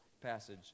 passage